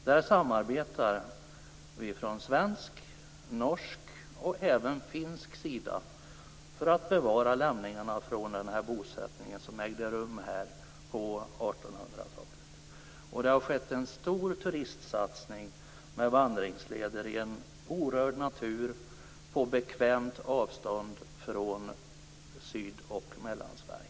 Där samarbetar vi från svensk, norsk och även från finsk sida för att bevara lämningarna från bosättningen som ägde rum på 1800-talet. Det har skett en stor turistsatsning med vandringsleder i en orörd natur på bekvämt avstånd från Syd och Mellansverige.